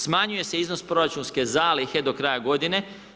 Smanjuje se iznos proračunske zalihe do kraja godine.